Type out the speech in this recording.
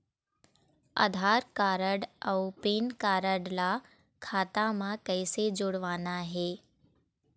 आधार card अऊ PAN card ला खाता म कइसे जोड़वाना हे?